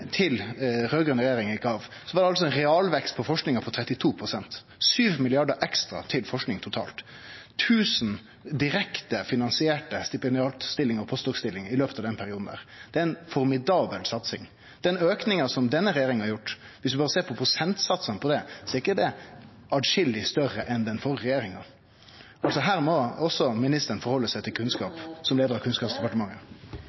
den raud-grøne regjeringa gjekk av, var det ein realvekst innan forskinga på 32 pst. – 7 mrd. kr ekstra til forsking totalt, 1 000 direkte finansierte stipendiatstillingar og post doc.-stillingar – i løpet av den perioden. Det er ei formidabel satsing. Den auken som denne regjeringa har gjort – viss ein berre ser på prosentsatsane – er ikkje atskillig større enn det den førre regjeringa gjorde. Så her må også ministeren halde seg til